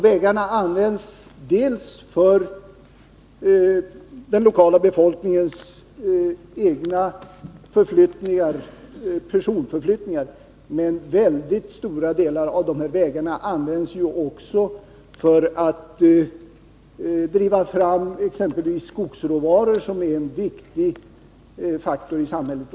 Vägarna används för den lokala befolkningens egna personförflyttningar, men mycket stora delar av vägarna används också för att få fram exempelvis skogsråvaror, som är en viktig faktor i samhället.